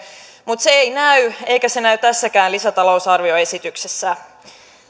mutta se ei näy eikä se näy tässäkään lisätalousarvioesityksessä